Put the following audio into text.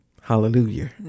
Hallelujah